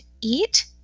eat